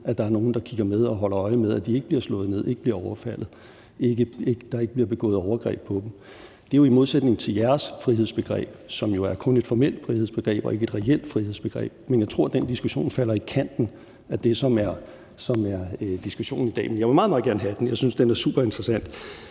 at der er nogle, der kigger med og holder øje med, at de ikke bliver slået ned og overfaldet, og at der ikke bliver begået overgreb på dem. Det er jo i modsætning til jeres frihedsbegreb, som jo kun er et formelt frihedsbegreb og ikke et reelt frihedsbegreb. Men jeg tror, at den diskussion falder på kanten af det, som er diskussionen i dag. Men jeg vil meget, meget gerne have den, for jeg synes, den er super interessant.